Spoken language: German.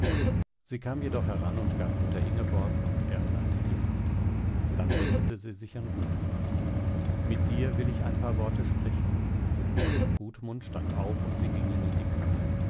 sie kam jedoch heran und gab mutter ingeborg und erland die hand dann wendete sie sich an gudmund mit dir will ich ein paar worte sprechen gudmund stand auf und sie gingen in die kammer